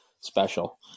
special